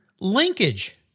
Linkage